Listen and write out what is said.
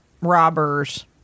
robbers